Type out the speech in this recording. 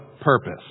purpose